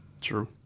true